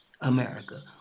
America